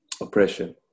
oppression